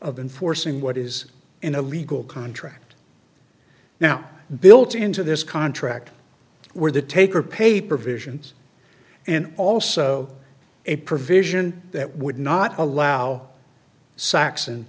of enforcing what is in a legal contract now built into this contract where the take or pay provisions and also a provision that would not allow saxon